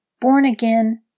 born-again